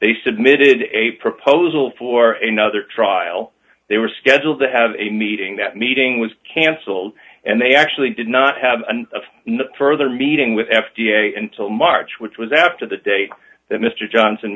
they submitted a proposal for a nother trial they were scheduled to have a meeting that meeting was cancelled and they actually did not have a further meeting with f d a and till march which was after the date that mr johnson